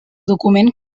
document